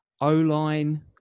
O-line